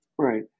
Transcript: Right